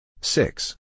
six